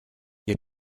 ihr